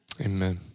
Amen